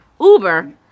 Uber